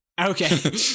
Okay